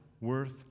worth